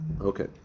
Okay